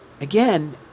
again